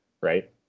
right